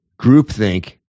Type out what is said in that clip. groupthink